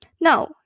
No